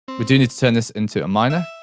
we do need to turn this into a minor.